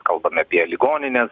kalbame apie ligonines